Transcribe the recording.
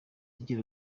agira